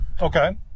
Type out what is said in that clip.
Okay